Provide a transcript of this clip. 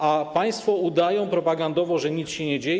A państwo udają propagandowo, że nic się nie dzieje.